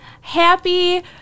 Happy